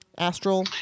Astral